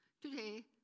Today